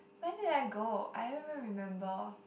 where did I go I don't even remember